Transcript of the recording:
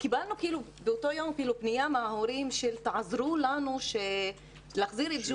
וקיבלנו באותו יום פנייה מההורים: תעזרו לנו להחזיר את ---